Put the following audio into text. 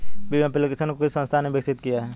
Bhim application को किस संस्था ने विकसित किया है?